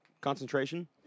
concentration